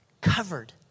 covered